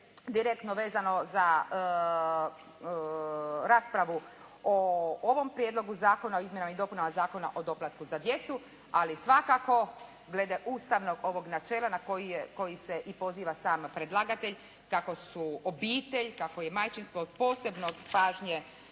direktno vezano za raspravu o ovom Prijedlogu zakona o izmjenama i dopunama Zakona o doplatku za djecu, ali svakako glede ustavnog ovog načela na koji se i poziva sam predlagatelj kako su obitelj, kako je majčinstvo od posebne pažnje